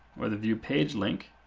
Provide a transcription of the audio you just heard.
or the view page link,